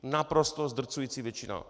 Naprosto zdrcující většina.